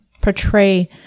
portray